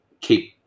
keep